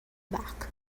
back